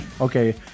Okay